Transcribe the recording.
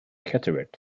cataract